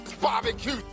Barbecue